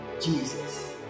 Jesus